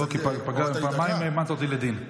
לא, כי פגעת, פעמיים העמדת אותי לדין.